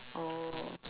oh